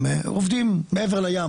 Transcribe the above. הם עובדים מעבר לים,